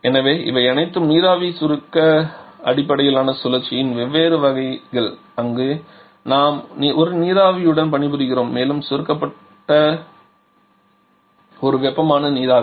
எனவே இவை அனைத்தும் நீராவி சுருக்க அடிப்படையிலான சுழற்சியின் வெவ்வேறு வகைகள் அங்கு நாம் ஒரு நீராவியுடன் பணிபுரிகிறோம் மேலும் சுருக்கப்பட்டிருக்கும் ஒரு வெப்பமான நீராவி